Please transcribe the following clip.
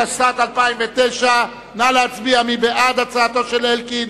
התשס"ט 2009. מי בעד הצעתו של אלקין?